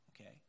okay